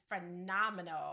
phenomenal